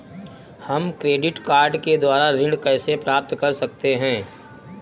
हम credit card के द्वारा ऋण कैसे प्राप्त कर सकते हैं?